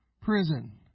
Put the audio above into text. Prison